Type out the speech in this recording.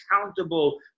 accountable